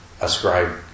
ascribe